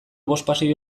bospasei